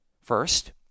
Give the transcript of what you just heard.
First